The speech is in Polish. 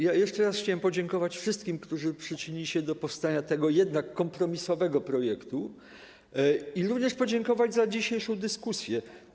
Jeszcze raz chciałbym podziękować wszystkim, którzy przyczynili się do powstania tego kompromisowego projektu, i również podziękować za dzisiejszą dyskusję.